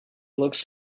looks